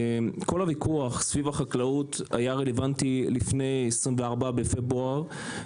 כל הוויכוח סביב החקלאות היה רלוונטי לפני ה-24 בפברואר,